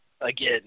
again